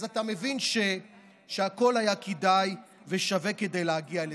אז אתה מבין שהכול היה כדאי ושווה כדי להגיע לזה.